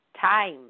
time